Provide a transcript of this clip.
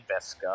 Veska